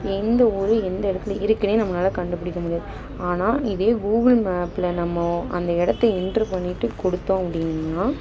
எந்த ஊர் எந்த இடத்துல இருக்குனே நம்மளால் கண்டுபிடிக்க முடியாது ஆனால் இதே கூகுள் மேப்பில் நம்ம அந்த இடத்த எண்ட்ரு பண்ணிட்டு கொடுத்தோம் அப்படின்னா